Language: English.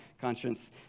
Conscience